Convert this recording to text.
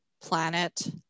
planet